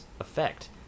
effect